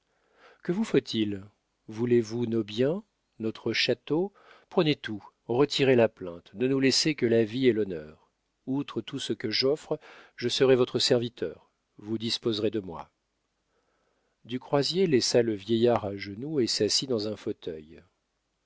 que vous faut-il voulez-vous nos biens notre château prenez tout retirez la plainte ne nous laissez que la vie et l'honneur outre tout ce que j'offre je serai votre serviteur vous disposerez de moi du croisier laissa le vieillard à genoux et s'assit dans un fauteuil